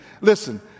listen